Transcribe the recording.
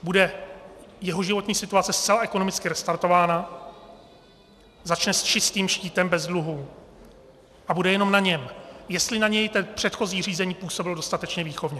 Bude jeho životní situace zcela ekonomicky restartována, začne s čistým štítem bez dluhů a bude jenom na něm, jestli na něj to předchozí řízení působilo dostatečně výchovně.